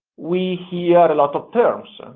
we hear a lot of terms.